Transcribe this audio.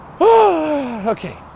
okay